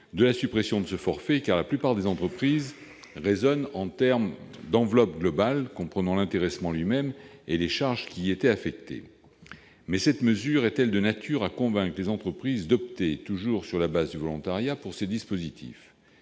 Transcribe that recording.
de la suppression de ce forfait, car la plupart des entreprises raisonnent en fonction d'une enveloppe globale comprenant l'intéressement lui-même et les charges qui y étaient affectées. Mais cette mesure est-elle de nature à convaincre les entreprises d'opter, toujours sur la base du volontariat, pour ces dispositifs ?